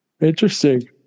Interesting